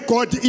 God